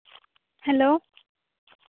hello